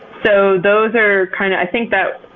so those are kinda, i think that